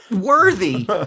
worthy